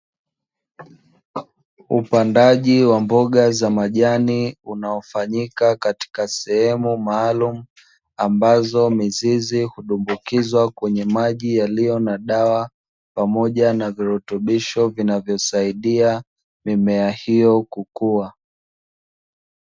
Upandaji wa mboga za majani unaofanyika katrika sehemu maalumu, ambazo mizizi hudumbukizwa kwenye maji yaliyo na dawa, pamoja na virutubisho vinavyosaidia mimea hiyo kukua.